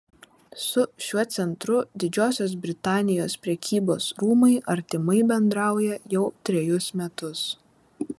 su šiuo centru didžiosios britanijos prekybos rūmai artimai bendrauja jau trejus metus